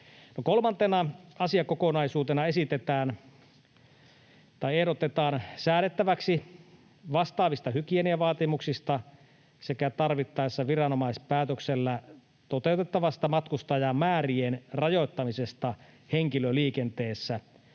Kolmantena asiakokonaisuutena ehdotetaan säädettäväksi vastaavista hygieniavaatimuksista sekä tarvittaessa viranomaispäätöksellä toteutettavasta matkustajamäärien rajoittamisesta henkilöliikenteessä.